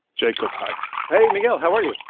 jacob, hi hey, miguel. how are you?